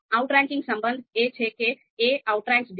outranking સંબંધ એ છે કે a આઉટરેન્કસ b